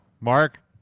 Mark